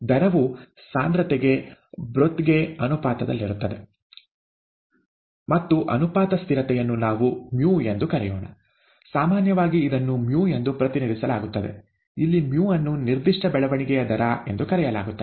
ದರವು ಸಾಂದ್ರತೆಗೆ ಬ್ರೊಥ್ ಗೆ ಅನುಪಾತದಲ್ಲಿರುತ್ತದೆ ಮತ್ತು ಅನುಪಾತದ ಸ್ಥಿರತೆಯನ್ನು ನಾವು µ ಎಂದು ಕರೆಯೋಣ ಸಾಮಾನ್ಯವಾಗಿ ಇದನ್ನು µ ಎಂದು ಪ್ರತಿನಿಧಿಸಲಾಗುತ್ತದೆ ಅಲ್ಲಿ µ ಅನ್ನು ನಿರ್ದಿಷ್ಟ ಬೆಳವಣಿಗೆಯ ದರ ಎಂದು ಕರೆಯಲಾಗುತ್ತದೆ